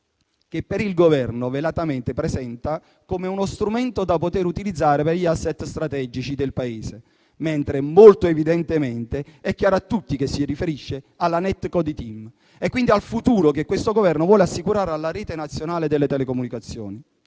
che il Governo velatamente presenta come uno strumento da poter utilizzare per gli *asset* strategici del Paese, mentre è chiaro a tutti che si riferisce alla NetCo di TIM e quindi al futuro che questo Governo vuole assicurare alla rete nazionale delle telecomunicazioni,